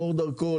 לאור דרכו,